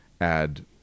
add